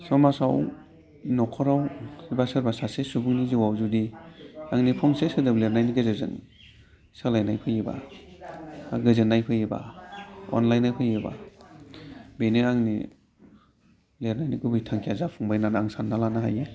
समाजाव न'खराव बा सोरबा सासे सुबुंनि जिउआव जुदि आंनि फंसे सोदोब लिरनायनि गेजेरजों सोलायनाय फैयोबा एबा गोजोननाय फैयोबा अनलायनाय फैयोबा बेनो आंनि लिरनायनि गुबै थांखिया जाफुंबाय होननानै आं सानना लानो हायो